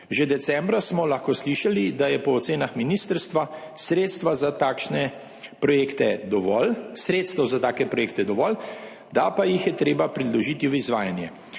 Že decembra smo lahko slišali, da je po ocenah ministrstva sredstev za takšne projekte dovolj, da pa jih je treba predložiti v izvajanje.